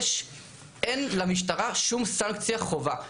אין למשטרה שום סנקציה חובה.